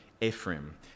Ephraim